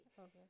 Okay